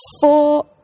four